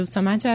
વધુ સમાચાર